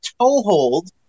toehold